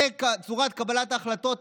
זו צורת קבלת ההחלטות?